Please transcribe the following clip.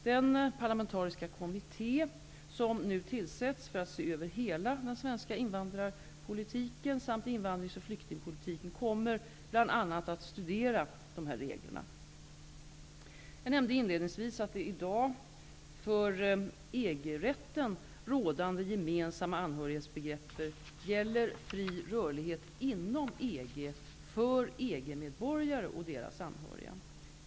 Den parlamentariska kommitté som nu tillsätts för att se över hela den svenska invandrarpolitiken samt invandrings och flyktingpolitiken kommer bl.a. att studera dessa regler. Jag nämnde inledningsvis att det i dag för EG rätten rådande gemensamma anhörigbegreppet gäller fri rörlighet inom EG för EG-medborgare och deras anhöriga.